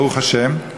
ברוך השם.